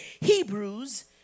Hebrews